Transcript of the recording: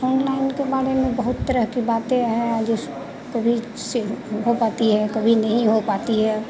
online के बारे में बहुत तरह की बातें है आज उस कभी से हो पाती है कभी नहीं हो पाती है